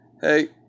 Hey